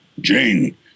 Jane